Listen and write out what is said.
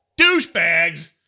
douchebags